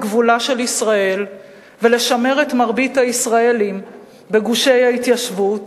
גבולה של ישראל ולשמר את מרבית הישראלים בגושי ההתיישבות,